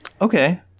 Okay